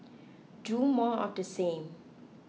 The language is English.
do more of the same